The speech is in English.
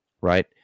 Right